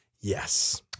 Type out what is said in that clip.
yes